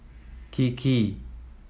kiki